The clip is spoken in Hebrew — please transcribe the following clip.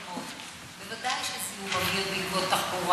בוודאי שזיהום אוויר בעקבות התחבורה מוסיף,